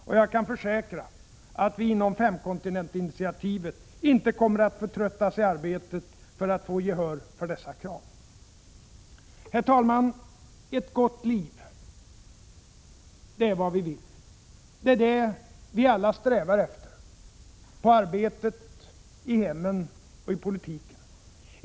Och jag kan försäkra att vi inom femkontinentinitiativet inte kommer att förtröttas i arbetet för att få gehör för dessa krav. Herr talman! Ett gott liv — det är det vi önskar. Det är det vi alla strävar efter — på arbetet, i hemmen och i politiken.